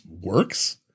works